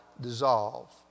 dissolve